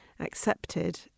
accepted